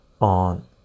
on